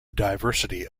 diversity